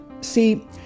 See